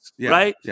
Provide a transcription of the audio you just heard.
right